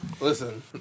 Listen